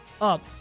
up